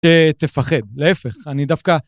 שתפחד, להפך. אני דווקא...